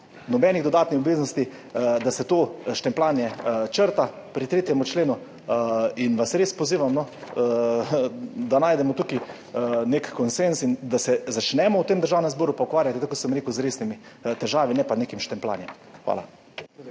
nobenih dodatnih obveznosti, da se to štempljanje pri 3. členu črta in vas res pozivam, da najdemo tukaj nek konsenz in da se začnemo v Državnem zboru ukvarjati, kot sem rekel, z resnimi težavami, ne pa z nekim štempljanjem. Hvala.